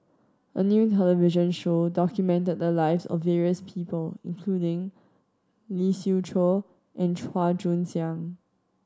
a new television show documented the lives of various people including Lee Siew Choh and Chua Joon Siang